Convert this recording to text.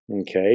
Okay